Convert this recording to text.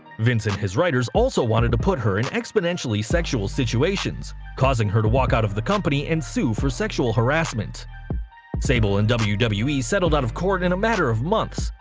vince and his writers also wanted to put her in exponentially sexual situations, causing her to walk out of the company and sue for sexual harassment sable and wwe wwe settled out of court in a manner of months,